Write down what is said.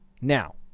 Now